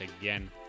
again